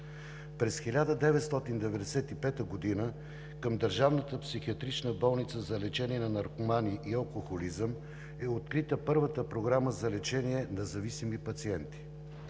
през 1995 г. към Държавната психиатрична болница за лечение на наркомани и алкохолизъм е открита първата програма за лечение на зависими пациенти.